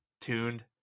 tuned